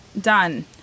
done